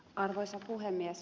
arvoisa puhemies